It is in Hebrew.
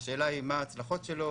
השאלה היא מה ההצלחות שלו,